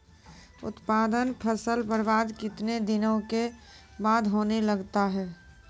उत्पादन फसल बबार्द कितने दिनों के बाद होने लगता हैं?